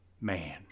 man